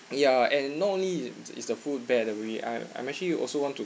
ya and not only is is the food bad already I'm I'm actually also want to